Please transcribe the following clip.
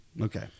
Okay